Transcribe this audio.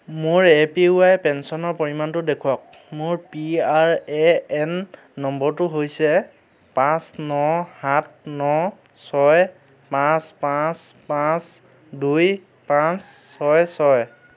মোৰ A P Y পেঞ্চনৰ পৰিমাণটো দেখুৱাওক মোৰ পি আৰ এ এন নম্বৰটো হৈছে পাঁচ ন সাত ন ছয় পাঁচ পাঁচ পাঁচ দুই পাঁচ ছয় ছয়